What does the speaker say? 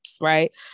right